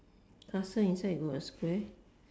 castle inside got a square